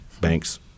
banks